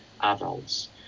adults